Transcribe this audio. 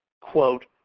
quote